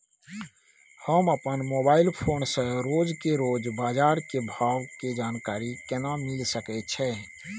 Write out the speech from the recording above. हम अपन mobile phone से रोज के रोज बाजार के भाव के जानकारी केना मिल सके छै?